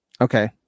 Okay